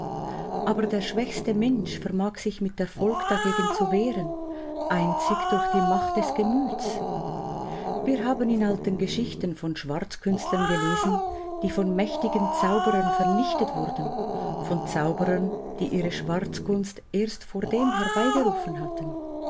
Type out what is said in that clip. aber der schwächste mensch vermag sich mit erfolg dagegen zu wehren einzig durch die macht des gemüts wir haben in alten geschichten von schwarzkünstlern gelesen die von mächtigen zauberern vernichtet wurden von zauberern die ihre schwarzkunst erst vordem herbeigerufen hatte